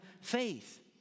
faith